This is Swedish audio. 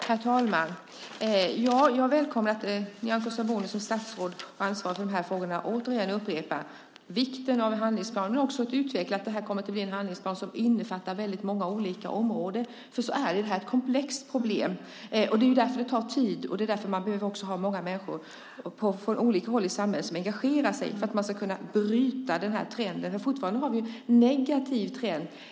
Herr talman! Jag välkomnar statsrådet Nyamko Sabunis ansvar för frågorna. Jag upprepar vikten av en handlingsplan. Den måste utvecklas till en handlingsplan som innefattar många olika områden. Det är ett komplext problem. Det är därför det tar tid, och det är därför det behövs många människor från olika håll i samhället som engagerar sig för att bryta trenden. Det är fortfarande en negativ trend.